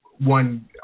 one